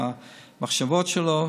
עם המחשבות שלו,